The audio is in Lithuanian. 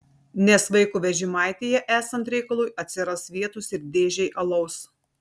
nes vaiko vežimaityje esant reikalui atsiras vietos ir dėžei alaus